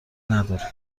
نداریم